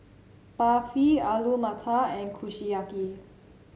Barfi Alu Matar and Kushiyaki